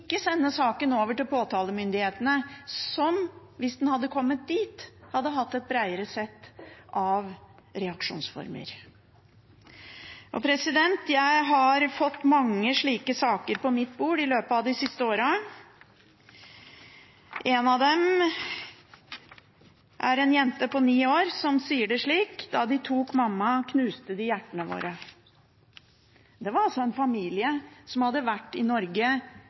sende saken over til påtalemyndighetene som, hvis den hadde kommet dit, hadde hatt et bredere sett av reaksjonsformer. Jeg har fått mange slike saker på mitt bord i løpet av de siste årene. En av dem handler om en jente på 9 år som sier det slik: Da de tok mamma, knuste de hjertene våre. Det var en familie som hadde vært i Norge